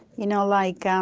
you know like um